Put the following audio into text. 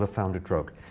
ah found a drug.